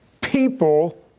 people